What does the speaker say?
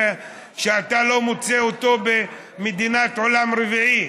שאתה לא מוצא אותו במדינת עולם רביעי,